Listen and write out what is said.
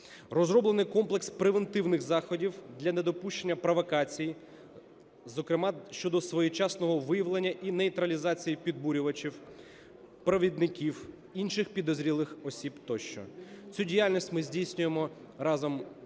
Розроблений комплекс превентивних заходів для недопущення провокацій, зокрема щодо своєчасного виявлення і нейтралізації підбурювачів, провідників, інших підозрілих осіб тощо. Цю діяльність ми здійснюємо разом з